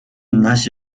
нааш